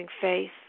faith